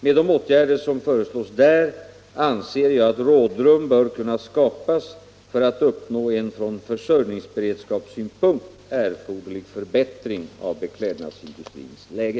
Med de åtgärder som föreslås där anser jag att rådrum bör kunna skapas för att uppnå en från försörjningsberedskapssynpunkt erforderlig förbättring av beklädnadsindustrins läge.